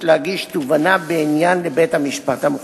להגיש תובענה בעניין לבית-המשפט המחוזי.